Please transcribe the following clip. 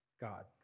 God